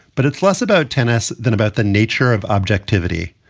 but it's less about tennis than about the nature of objectivity.